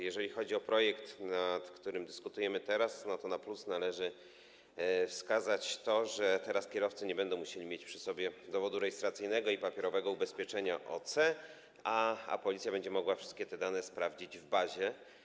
Jeżeli chodzi o projekt, nad którym teraz dyskutujemy, to jako plus należy wskazać to, że teraz kierowcy nie będą musieli mieć przy sobie dowodu rejestracyjnego ani papierowego ubezpieczenia OC, a policja będzie mogła wszystkie te dane sprawdzić w bazie.